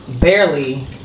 barely